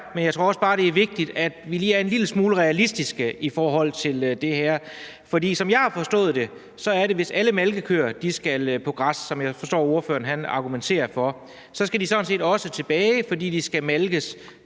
men jeg tror også bare, det er vigtigt, at vi lige er en lille smule realistiske i forhold til det her. For som jeg har forstået det, er det sådan, at hvis alle malkekøer skal på græs – som jeg forstår at ordføreren argumenterer for – så skal de sådan set også tilbage, fordi de skal malkes